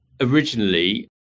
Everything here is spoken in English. originally